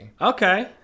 Okay